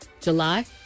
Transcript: July